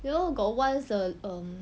you know got once the um